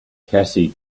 cassie